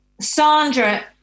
Sandra